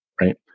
right